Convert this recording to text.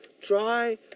try